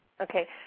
Okay